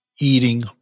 eating